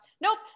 Nope